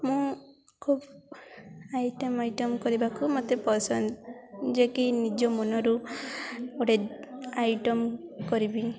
ମୁଁ ଖୁବ୍ item item କରିବାକୁ ମୋତେ ପସନ୍ଦ ଯେକି ନିଜ ମନରୁ ଗୋଟେ ଆଇଟମ୍ କରିବି